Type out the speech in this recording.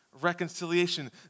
reconciliation